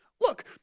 look